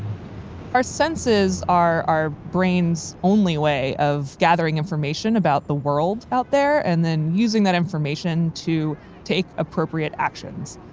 our senses are our brain's only way of gathering information about the world out there and then using that information to take appropriate actions.